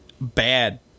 bad